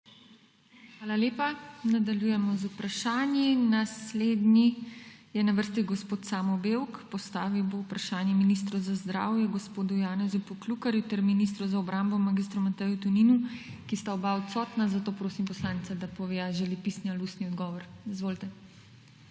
Hvala lepa. Nadaljujemo z vprašanji. Naslednji je na vrsti gospod Samo Bevk. Postavil bo vprašanje ministru za zdravje gospodu Janezu Poklukarju ter ministru za obrambo mag. Mateju Toninu. Oba ministra sta odsotna, zato prosim poslanca, da pove, ali želi pisni ali ustni odgovor. Izvolite.